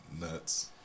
nuts